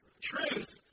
truth